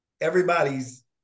everybody's